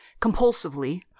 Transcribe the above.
compulsively